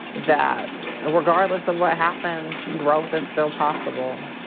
that regardless of what happens, growth is still possible.